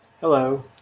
Hello